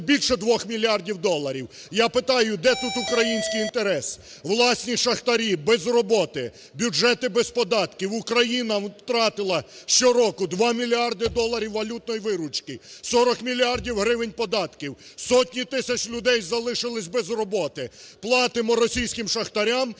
більше 2 мільярдів доларів. Я питаю: де тут український інтерес? Власні шахтарі без роботи, бюджети без податків. Україна втратила щороку 2 мільярди доларів валютної виручки, 40 мільярдів гривень податків, сотні тисяч людей залишилися без роботи, платимо російським шахтарям